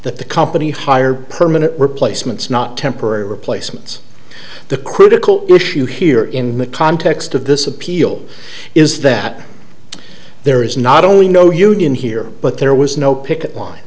that the company hired permanent replacements not temporary replacements the critical issue here in the context of this appeal is that there is not only no union here but there was no picket line